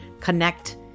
connect